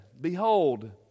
behold